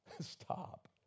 Stop